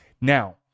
Now